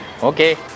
Okay